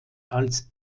als